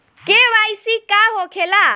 KYC का होखेला?